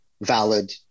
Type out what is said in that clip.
valid